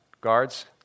guards